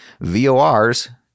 VORs